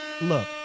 look